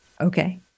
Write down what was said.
Okay